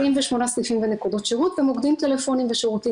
78 סניפים ונקודות שירות ומוקדים טלפוניים ושירותים